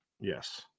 Yes